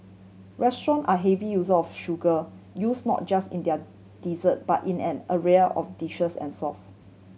restaurant are heavy user of sugar use not just in their dessert but in an array of dishes and sauce